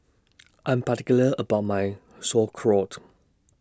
I'm particular about My Sauerkraut